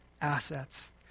assets